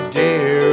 dear